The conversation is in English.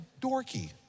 dorky